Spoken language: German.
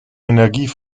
energie